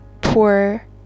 poor